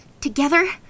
Together